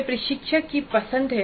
यह प्रशिक्षक की पसंद है